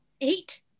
Eight